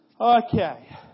Okay